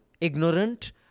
ignorant